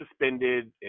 suspended